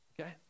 Okay